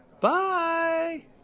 Bye